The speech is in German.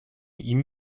ihm